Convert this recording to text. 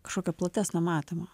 kažkokio platesnio matymo